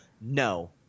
No